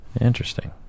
Interesting